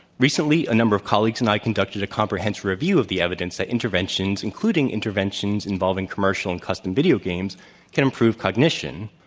recently, a number of colleagues and i conducted a comprehensive review of the evidence at interventions including interventions involving commercial and custom video games can improve cognition.